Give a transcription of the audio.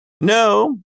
No